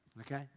Okay